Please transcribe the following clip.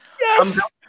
Yes